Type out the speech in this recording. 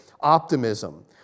optimism